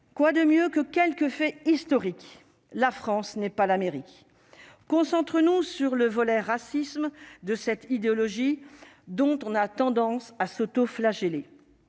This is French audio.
quoi de mieux que quelques faits historiques, la France n'est pas la mairie concentre nous sur le volet racisme de cette idéologie dont on a tendance à s'autoflageller